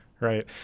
Right